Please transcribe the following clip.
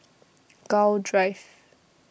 Gul Drive